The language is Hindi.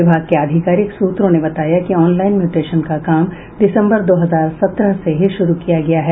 विभाग के आधिकारिक सूत्रों ने बताया कि ऑनलाइन म्यूटेशन का काम दिसंबर दो हजार सत्रह से ही शुरू किया गया है